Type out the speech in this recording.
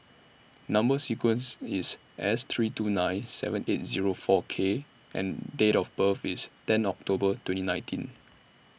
Number sequence IS S three two nine seven eight Zero four K and Date of birth IS ten October twenty nineteen